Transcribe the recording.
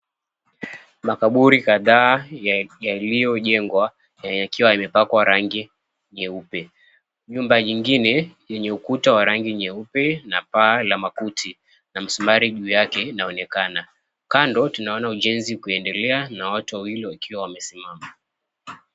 Makaburi kadhaa yaliyojengwa yakiwa yamepakwa rangi nyeupe. Nyumba nyingine yenye ukuta wa rangi nyeupe na paa la makuti na msumari juu yake unaonekana. Kando tunaona ujenzi ukiendelea na watu wawili 𝑤𝑎𝑘𝑖𝑤𝑎 wamesimama.